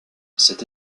cette